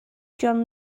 john